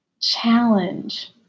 challenge